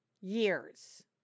years